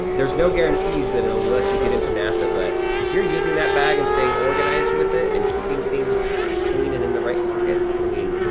there's no guarantees that it will let you get into nasa, but if you're using that bag, and stating organized with it, and keeping things clean, and in the right pockets, i mean,